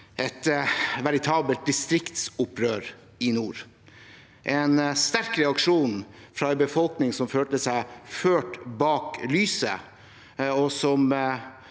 et veritabelt distriktsopprør i nord, en sterk reaksjon fra en befolkning som følte seg ført bak lyset. Jeg vil